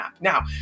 Now